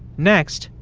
next,